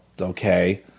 Okay